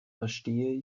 verstehe